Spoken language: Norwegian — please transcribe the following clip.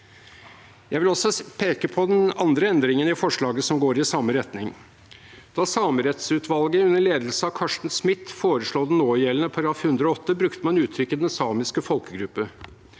Jeg vil også peke på den andre endringen i forslaget, som går i samme retning. Da samerettsutvalget under ledelse av Carsten Smith foreslo den någjeldende § 108, brukte man uttrykket «den samiske folkegruppe».